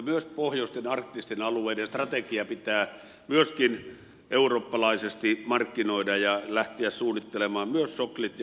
myös pohjoisten arktisten alueiden strategia pitää myöskin eurooppalaisesti markkinoida ja lähteä suunnittelemaan myös soklit ja monet muut